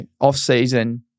off-season